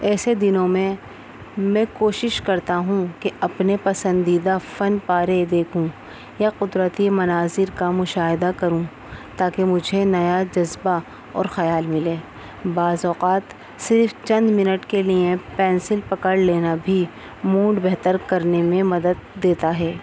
ایسے دنوں میں میں کوشش کرتا ہوں کہ اپنے پسندیدہ فن پارے دیکھوں یا قدرتی مناظر کا مشاہدہ کروں تاکہ مجھے نیا جذبہ اور خیال ملے بعض اوقات صرف چند منٹ کے لیے پینسل پکڑ لینا بھی موڈ بہتر کرنے میں مدد دیتا ہے